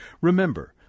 Remember